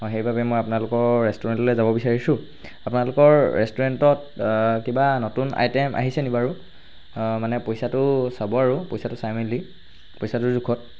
অঁ সেইবাবে মই আপোনালোকৰ ৰেষ্টুৰেণ্টখনলৈ যাব বিচাৰিছোঁ আপোনালোকৰ ৰেষ্টুৰেণ্টত কিবা নতুন আইটেম আহিছে নি বাৰু মানে পইচাটো চাব আৰু পইচাটো চাই মেলি পইচাটো জোখত